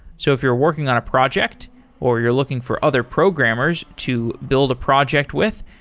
so if you're working on a project or you're looking for other programmers to build a project with,